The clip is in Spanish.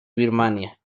birmania